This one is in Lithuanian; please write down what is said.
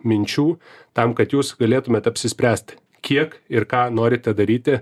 minčių tam kad jūs galėtumėt apsispręst kiek ir ką norite daryti